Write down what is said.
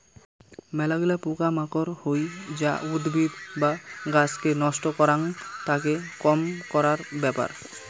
মেলাগিলা পোকা মাকড় হই যা উদ্ভিদ বা গাছকে নষ্ট করাং, তাকে কম করার ব্যাপার